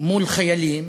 מול חיילים,